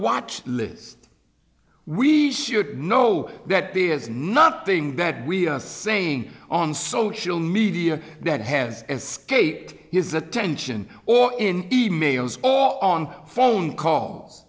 watch list we should know that there is nothing that we are saying on social media that has skate his attention or in emails all on phone call